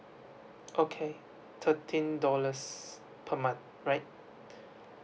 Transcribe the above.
okay thirteen dollars per month right